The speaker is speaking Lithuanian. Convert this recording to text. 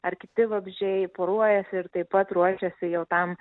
ar kiti vabzdžiai poruojasi ir taip pat ruošiasi jau tam